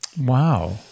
Wow